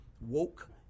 woke